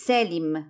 Selim